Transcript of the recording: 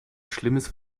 schlimmes